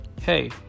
hey